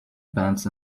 pants